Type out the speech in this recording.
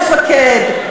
המפקד,